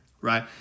right